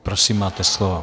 Prosím, máte slovo.